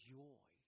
joy